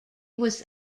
was